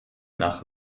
nach